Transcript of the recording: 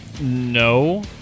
No